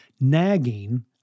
nagging